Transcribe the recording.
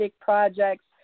projects